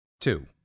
Two